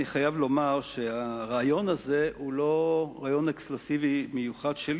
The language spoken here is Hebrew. אני חייב לומר שהרעיון הזה הוא לא רעיון אקסקלוסיבי מיוחד שלי.